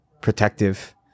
protective